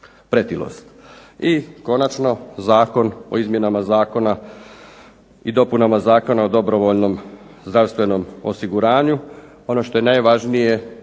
I konačno Zakon o izmjenama Zakona i dopunama Zakona o dobrovoljnom zdravstvenom osiguranju. Ono što je najvažnije i